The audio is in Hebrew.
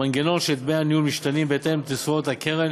מנגנון של דמי ניהול משתנים בהתאם לתשואת הקרן